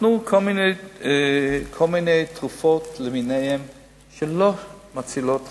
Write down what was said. נתנה כל מיני תרופות שלא מצילות חיים.